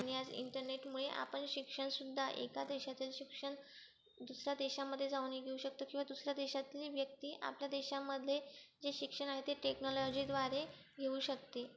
आणि आज इंटरनेटमुळे आपण शिक्षणसुद्धा एका देशातील शिक्षण दुसऱ्या देशामध्ये जाऊनही घेऊ शकतो किंवा दुसऱ्या देशातील व्यक्ती आपल्या देशामध्ये जे शिक्षण आहे ते टेक्नॉलॉजीद्वारे घेऊ शकते